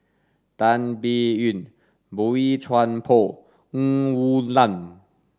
Tan Biyun Boey Chuan Poh Ng Woon Lam